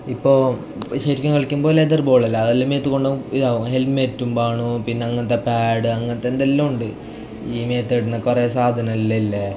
ഇപ്പോൾ ശരിക്കും കളിക്കുമ്പോൾ ലെതർ ബോൾ അല്ല അതെല്ലാം മേത്ത് കൊണ്ട് ഇതാവും ഹെൽമെറ്റും വേണം പിന്നെ അങ്ങനത്തെ പാഡ് അങ്ങനത്തെ എന്തെല്ലാമോ ഉണ്ട് ഈ മേത്തിടുന്ന കുറേ സാധനം എല്ലാം ഇല്ലേ